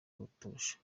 kuturusha